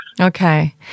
Okay